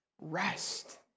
rest